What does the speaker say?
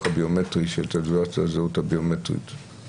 הביומטרי של תעודת הזהות הביומטרית.